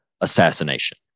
assassination